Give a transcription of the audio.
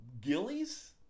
Gillies